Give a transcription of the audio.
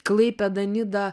klaipėda nida